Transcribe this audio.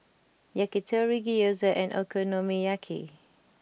Yakitori Gyoza and Okonomiyaki